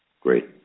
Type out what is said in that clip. Great